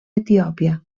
etiòpia